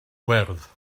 wyrdd